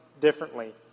differently